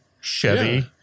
Chevy-